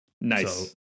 Nice